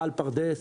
בעל פרדס,